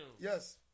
Yes